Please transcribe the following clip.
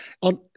On